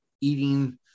eating